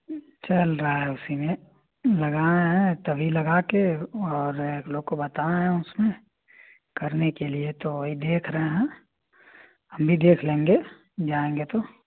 चल रहा है उसी में लगाएँ हैं तभी लगा कर और इन लोग को बताएँ हैं उसमें करने के लिये तो वही देख रहे हैं हम भी देख लेंगे जाएंगे तो